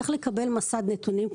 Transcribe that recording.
צריך לקבל מסד נתונים אחורה,